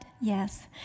yes